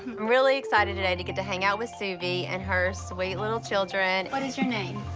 really excited today to get to hang out with subi and her sweet little children. what is your name?